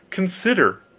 consider!